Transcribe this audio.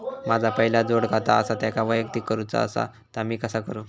माझा पहिला जोडखाता आसा त्याका वैयक्तिक करूचा असा ता मी कसा करू?